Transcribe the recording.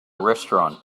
restaurant